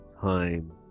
time